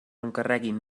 encarreguin